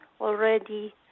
already